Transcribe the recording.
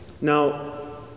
Now